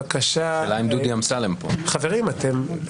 אנטונין סקאליה, ואלה הדברים שהוא